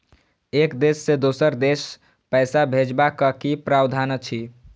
एक देश से दोसर देश पैसा भैजबाक कि प्रावधान अछि??